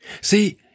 See